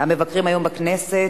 המבקרים היום בכנסת,